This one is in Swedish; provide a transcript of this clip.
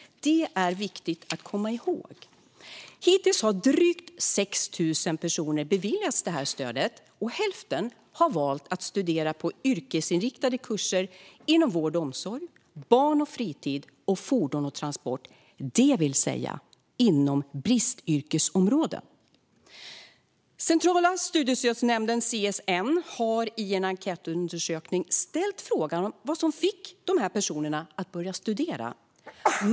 Det är viktigt att komma ihåg. Hittills har drygt 6 000 personer beviljats det här stödet. Hälften har valt att studera på yrkesinriktade kurser inom vård och omsorg, barn och fritid och fordon och transport, det vill säga inom bristyrkesområden. Centrala studiestödsnämnden, CSN, har i en enkätundersökning ställt frågan vad som fick dessa personer att börja studera.